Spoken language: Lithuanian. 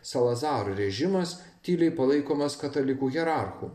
salazaru režimas tyliai palaikomas katalikų hierarchų